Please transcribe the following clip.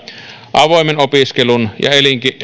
avoimen opiskelun ja